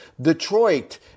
Detroit